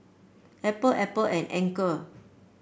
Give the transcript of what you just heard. Apple Apple and Anchor